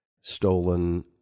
stolen